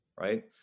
right